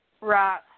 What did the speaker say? Right